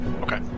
Okay